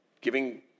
giving